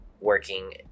working